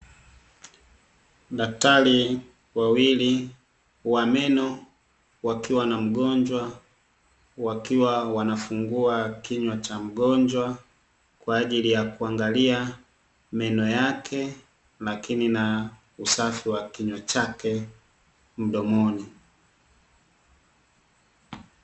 Daktari wawili wa meno wakiwa na mgonjwa, wakiwa wanafungua kinywa cha mgonjwa kwa ajili ya kuangalia meno yake, lakini na usafi wa kinywa chake mdomoni.